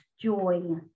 joy